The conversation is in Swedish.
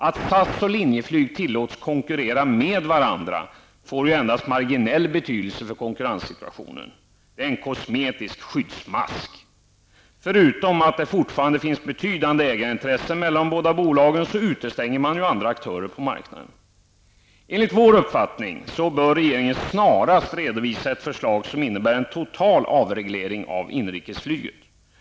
Att SAS och Linjeflyg tillåts konkurrera med varandra får endast marginell betydelse för konkurrenssituationen. Det är en kosmetisk skyddsmask. Förutom att det fortfarande finns betydande ägarintressen mellan de båda bolagen, utestänger man andra aktörer på marknaden. Enligt vår uppfattning bör regeringen snarast redovisa ett förslag som innebär en total avreglering av inrikesflyget.